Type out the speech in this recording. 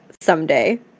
someday